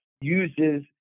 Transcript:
uses